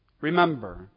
Remember